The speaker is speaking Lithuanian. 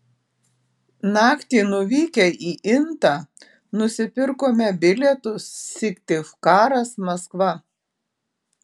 naktį nuvykę į intą nusipirkome bilietus syktyvkaras maskva